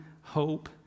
hope